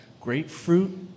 Grapefruit